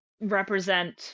represent